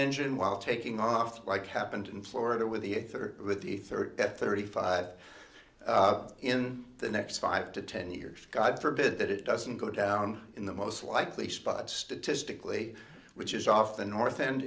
engine while taking off like happened in florida with the eighth or with the third at thirty five in the next five to ten years god forbid that it doesn't go down in the most likely spot statistically which is off the north end